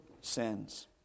sins